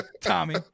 Tommy